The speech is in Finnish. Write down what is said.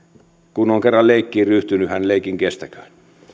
kun on kerran leikkiin ryhtynyt niin leikin kestäköön